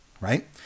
right